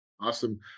Awesome